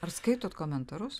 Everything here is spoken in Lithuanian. ar skaitot komentarus